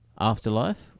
afterlife